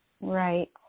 Right